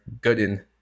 Gooden